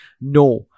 no